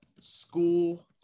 school